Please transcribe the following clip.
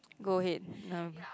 go ahead